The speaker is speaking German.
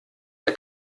der